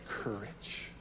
Courage